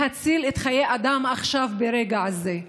להציל את חיי האדם עכשיו ברגע הזה.